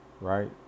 right